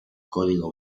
código